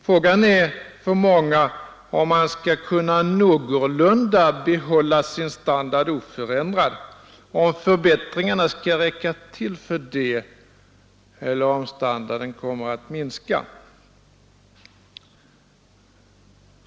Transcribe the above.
Frågan är för många om förbättringarna skall räcka till för att familjen skall kunna behålla sin standard någorlunda oförändrad eller om standarden kommer att sjunka.